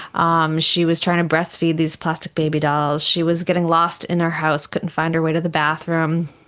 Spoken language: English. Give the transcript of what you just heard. um she was trying to breastfeed these plastic baby dolls, she was getting lost in her house, couldn't find her way to the bathroom,